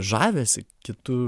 žavesį kitu